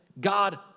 God